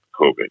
COVID